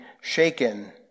shaken